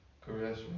caress